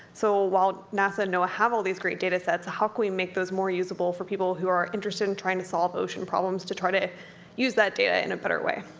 so while nasa and noaa have all these great datasets, how can we make those more usable for people who are interested in trying to solve ocean problems, to try to use that data in a better way.